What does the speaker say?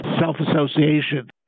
self-association